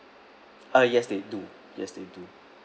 ah yes they do yes they do